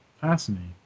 Fascinating